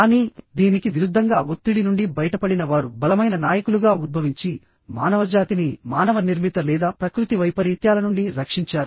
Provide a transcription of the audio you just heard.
కానీ దీనికి విరుద్ధంగా ఒత్తిడి నుండి బయటపడిన వారు బలమైన నాయకులుగా ఉద్భవించి మానవజాతిని మానవ నిర్మిత లేదా ప్రకృతి వైపరీత్యాల నుండి రక్షించారు